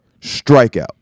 strikeout